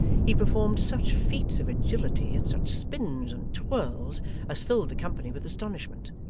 he performed such feats of agility and such spins and twirls as filled the company with astonishment,